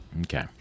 Okay